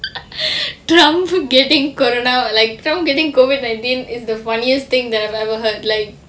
trump for getting corona like trump getting COVID nineteen is the funniest thing that I've ever heard like